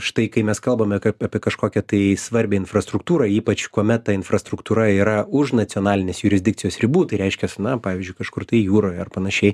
štai kai mes kalbame apie kažkokią tai svarbią infrastruktūrą ypač kuomet ta infrastruktūra yra už nacionalinės jurisdikcijos ribų tai reiškiasi na pavyzdžiui kažkur tai jūroje ar panašiai